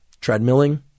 treadmilling